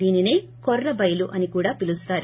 దీనిసే కొర్రబయలు అని కూడా పిలుస్తారు